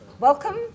Welcome